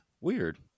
Weird